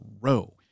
row